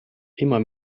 immer